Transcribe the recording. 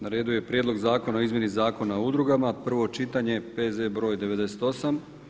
Na redu je - Prijedlog zakona o izmjeni Zakona o udrugama, prvo čitanje, P.Z. br. 98.